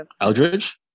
Aldridge